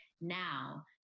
now